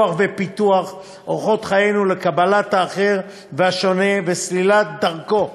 טיפוח ופיתוח אורחות חיינו לקבלת האחר והשונה וסלילת דרכו